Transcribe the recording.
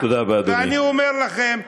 ואני אומר לכם,